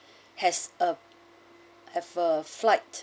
has a have a flight